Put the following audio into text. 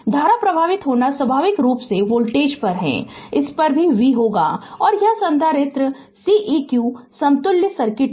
धारा प्रवाहित होना स्वाभाविक रूप से वोल्टेज है इस पर भी v होगा और यह संधारित्र Ceq समतुल्य सर्किट है